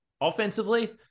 offensively